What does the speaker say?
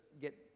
get